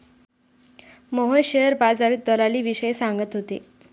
Mohan share बाजारातील दलालीविषयी सांगत होते